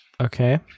Okay